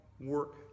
Work